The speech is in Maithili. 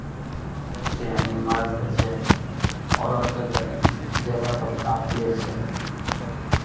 चेन ई मर्दके छै औरतके ज् जेवरके काफिए छै